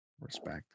Respect